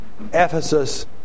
Ephesus